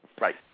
Right